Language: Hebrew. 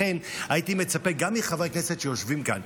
לכן הייתי מצפה מחברי הכנסת שיושבים כאן,